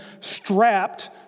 strapped